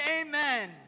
amen